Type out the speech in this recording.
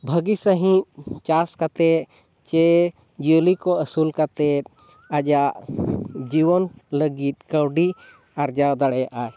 ᱵᱷᱟᱹᱜᱤ ᱥᱟᱺᱦᱤᱡ ᱪᱟᱥ ᱠᱟᱛᱮᱫ ᱥᱮ ᱡᱤᱭᱟᱹᱞᱤ ᱠᱚ ᱟᱹᱥᱩᱞ ᱠᱟᱛᱮᱫ ᱟᱭᱟᱜ ᱡᱤᱭᱚᱱ ᱞᱟᱹᱜᱤᱫ ᱠᱟᱹᱣᱰᱤ ᱟᱨᱡᱟᱣ ᱫᱟᱲᱮᱭᱟᱜ ᱟᱭ